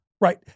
right